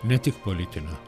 ne tik politinio